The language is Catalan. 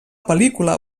pel·lícula